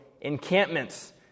encampments